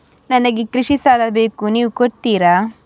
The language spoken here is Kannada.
ನನಗೆ ಕೃಷಿ ಸಾಲ ಬೇಕು ನೀವು ಕೊಡ್ತೀರಾ?